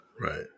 Right